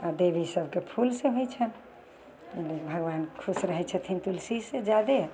आओर देवी सबके फूलसँ होइ छनि भगवान खुश रहय छथिन तुलसीसँ जादे